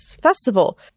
festival